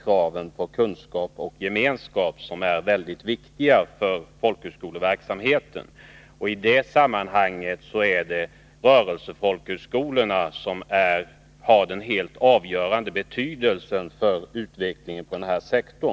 Kraven på kunskap och gemenskap är grundläggande och mycket viktiga för folkhögskoleverksamheten. Rörelsefolkhögskolorna har den helt avgörande betydelsen för utvecklingen på denna sektor.